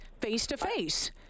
face-to-face